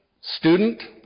student